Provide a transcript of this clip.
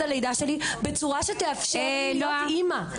הלידה שלי בצורה שתאפשר לי להיות אימא.